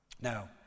Now